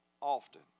often